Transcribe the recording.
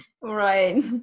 Right